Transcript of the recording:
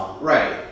Right